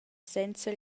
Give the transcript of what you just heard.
senza